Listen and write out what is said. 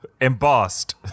Embossed